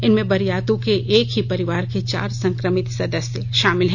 इनमें बरियातू के एक ही परिवार के चार संक्रमित सदस्य शामिल हैं